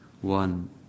one